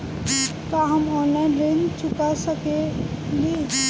का हम ऑनलाइन ऋण चुका सके ली?